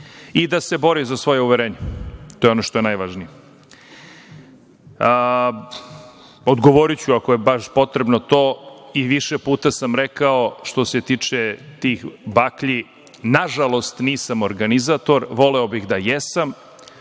i da se bori za svoja uverenja. To je ono što je najvažnije. Odgovoriću ako je baš potrebno to i više puta sam rekao, što se tiče tih baklji nažalost nisam organizator, voleo bih da jesam,